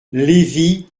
lévy